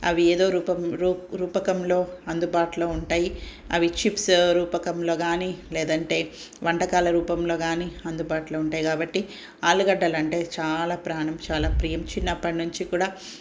అవి ఏదో రూపంలో రూపకంలో అందుబాటులో ఉంటాయి అవి చిప్స్ రూపకంలో కానీ లేదంటే వంటకాల రూపంలో కానీ అందుబాటులో ఉంటాయి కాబట్టి ఆలుగడ్డలంటే చాలా ప్రాణం చాలా ప్రియం చిన్నప్పట్నుంచి కూడా